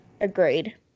Agreed